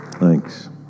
Thanks